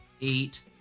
eight